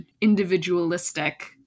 individualistic